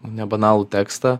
nebanalų tekstą